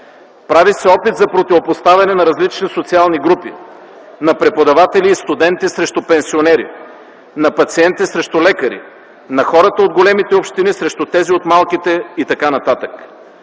Прави се опит за противопоставяне на различни социални групи – на преподаватели и студенти срещу пенсионери; на пациенти срещу лекари; на хората от големите общини срещу тези от малките и т.н.